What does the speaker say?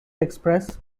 express